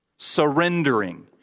surrendering